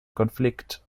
konflikt